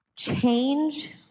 change